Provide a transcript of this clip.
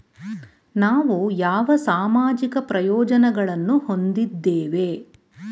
ನಾವು ಯಾವ ಸಾಮಾಜಿಕ ಪ್ರಯೋಜನಗಳನ್ನು ಹೊಂದಿದ್ದೇವೆ?